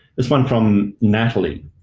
this one from natalie.